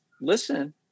listen